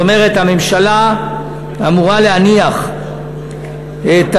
זאת אומרת, הממשלה אמורה להניח על